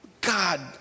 God